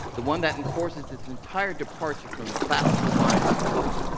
the one that enforces its entire departure from classical lines of thought.